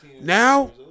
Now